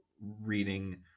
reading